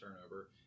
turnover